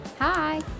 Hi